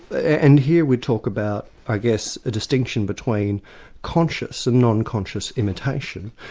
and here we talk about i guess a distinction between conscious and non-conscious imitation.